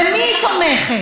במי היא תומכת?